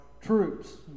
troops